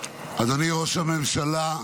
אדוני ראש הממשלה,